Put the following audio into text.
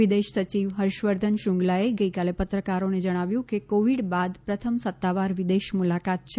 વિદેશ સચિવ હર્ષવર્ધન શ્રૃંગલાએ ગઈકાલે પત્રકારોને જણાવ્યું કે કોવિડ બાદ પ્રથમ સત્તાવાર વિદેશ મુલાકાત છે